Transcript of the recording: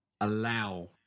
allow